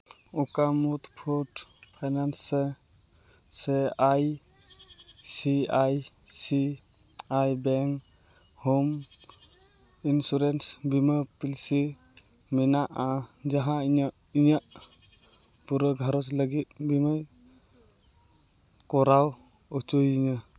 ᱚᱠᱟ ᱢᱩᱛᱷᱦᱩᱰ ᱯᱷᱤᱱᱟᱱᱥ ᱥᱮ I C I C I bank home insurance ᱵᱤᱢᱟ ᱯᱤᱥᱤ ᱢᱮᱱᱟᱜᱼᱟ ᱡᱟᱦᱟᱸ ᱤᱧᱟᱹᱜ ᱤᱧᱟᱹᱜ ᱯᱩᱨᱟᱹ ᱜᱷᱟᱨᱚᱸᱡᱽ ᱞᱟᱹᱜᱤᱫ ᱵᱤᱢᱟᱹ ᱠᱚᱨᱟᱣ ᱦᱚᱪᱚᱭᱤᱧᱟᱹ